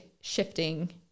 shifting